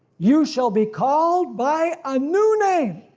you shall be called by a new name,